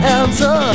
answer